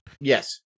Yes